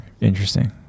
Interesting